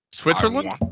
Switzerland